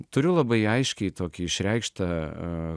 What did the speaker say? turiu labai aiškiai tokį išreikštą a